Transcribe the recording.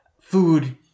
food